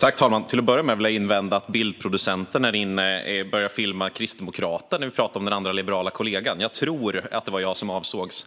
Fru talman! Till att börja med vill jag invända mot att bildproducenten lägger ut en bild på kristdemokraten när Jakob Olofsgård talar om den andra liberala kollegan här. Jag tror att det var jag som avsågs.